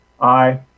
aye